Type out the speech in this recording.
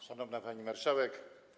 Szanowna Pani Marszałek!